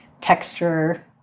texture